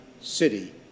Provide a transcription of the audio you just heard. city